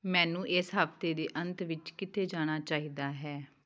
ਮੈਨੂੰ ਇਸ ਹਫ਼ਤੇ ਦੇ ਅੰਤ ਵਿੱਚ ਕਿੱਥੇ ਜਾਣਾ ਚਾਹੀਦਾ ਹੈ